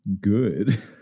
good